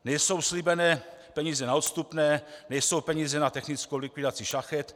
Nejsou slíbené peníze na odstupné, nejsou peníze na technickou likvidaci šachet.